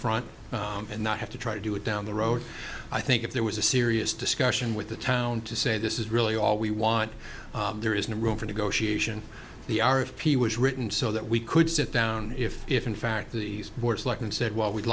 front and not have to try to do it down the road i think if there was a serious discussion with the town to say this is really all we want there is no room for negotiation the r p was written so that we could sit down if if in fact the board's like and said well we'd